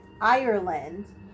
Ireland